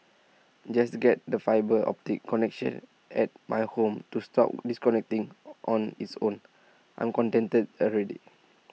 just get the fibre optic connection at my home to stop disconnecting on its own I'm contented already